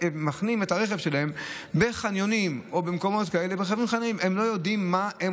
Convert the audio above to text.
מחנים את הרכב שלהם בחניונים או במקומות כאלה במקומות של נכים.